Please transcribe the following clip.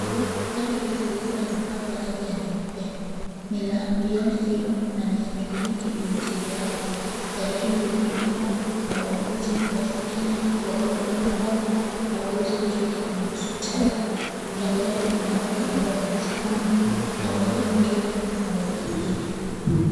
Gari hili likiwa limepakwa rangi nyeupe ni la Beyond Zero na ni ya kliniki uitembeayo. Gari hili linatumiwa na wauguzi kuwafikia wagonjwa ambao hawawezi kufika kwenye hospitali. Kando yake kuna watu ambao wamesimama na wengine wakiwa wameliabiri.